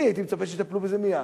אני הייתי מצפה שיטפלו בזה מייד.